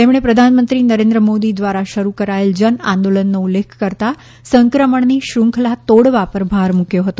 તેમણે પ્રધાનમંત્રી નરેન્દ્ર મોદી દ્વારા શરૂ કરાયેલ જન આંદોલનનો ઉલ્લેખ કરતાં સંક્રમણની શ્રૃંખલા તોડવા પર ભાર મૂક્યો હતો